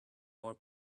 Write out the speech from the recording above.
more